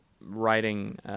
writing